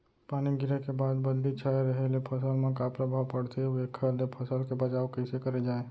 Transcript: पानी गिरे के बाद बदली छाये रहे ले फसल मा का प्रभाव पड़थे अऊ एखर ले फसल के बचाव कइसे करे जाये?